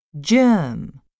Germ